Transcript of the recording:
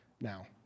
now